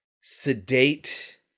sedate